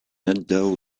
outdoor